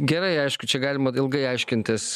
gerai aišku čia galima ilgai aiškintis